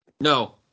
No